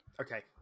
Okay